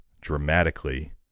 dramatically